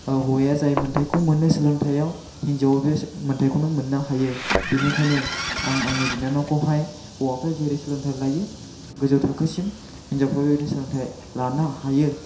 हौवाया जाय मोनथाइखौ मोनो सोलोंथाइयाव हिन्जावाबो बे मोन्थाइखौनो मोन्नो हायो बेनिखायनो आं आंनि बिनानावखौ हाय हौवाफ्रा जेरै सोलोंथाइ लायो गोजौ थाखोसिम हिन्जावफ्राबो बेबादिनो सोलोंथाइ लानो हायो